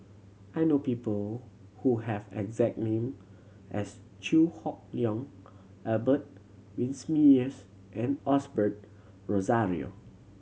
I know people who have exact name as Chew Hock Leong Albert Winsemius and Osbert Rozario